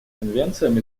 конвенциям